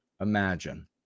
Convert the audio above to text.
Imagine